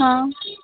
हाँ